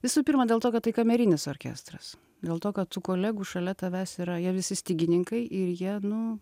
visų pirma dėl to kad tai kamerinis orkestras dėl to kad tų kolegų šalia tavęs yra jie visi stygininkai ir jie nu